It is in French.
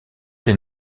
les